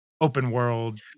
open-world